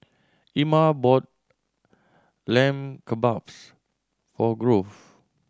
Ima bought Lamb Kebabs for Grove